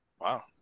Wow